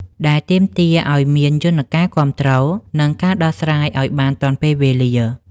ដែលទាមទារឱ្យមានយន្តការគាំទ្រ និងការដោះស្រាយឱ្យបានទាន់ពេលវេលា។